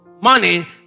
money